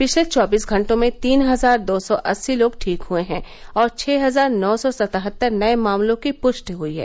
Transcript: पिछले चौबीस घंटों में तीन हजार दो सौ अस्सी लोग ठीक हुए हैं और छह हजार नौ सौ सतहत्तर नये मामलों की पृष्टि हुई है